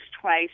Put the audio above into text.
twice